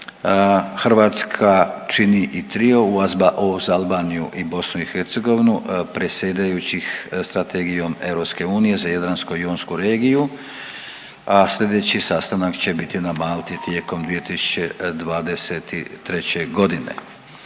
razumije./... uz Albaniju i BiH, predsjedajućih Strategijom EU za jadransku i jonsku regiju, a sljedeći sastanak će biti na Malti tijekom 2023. g.